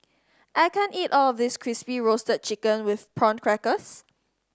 I can't eat all of this Crispy Roasted Chicken with Prawn Crackers